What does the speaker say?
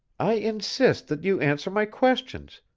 i insist that you answer my questions.